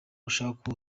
ushaka